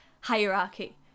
hierarchy